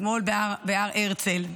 אתמול בהר הרצל.